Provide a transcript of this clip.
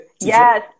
Yes